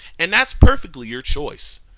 and that's perfectly your choice.